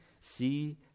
See